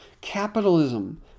Capitalism